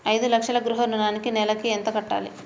ఐదు లక్షల గృహ ఋణానికి నెలకి ఎంత కట్టాలి?